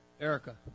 Erica